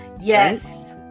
Yes